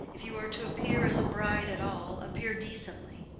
if you are to appear as a bride at all, appear decently.